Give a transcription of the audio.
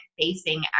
facing